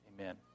Amen